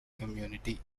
community